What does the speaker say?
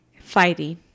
Fighting